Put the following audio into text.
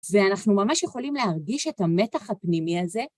ואנחנו ממש יכולים להרגיש את המתח הפנימי הזה.